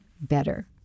better